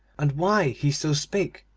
and why he so spake,